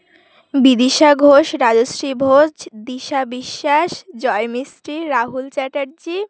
Bidisha Ghosh Rajashree Ghosh Disha Biswas Joy Mistry Rahul Chatterjee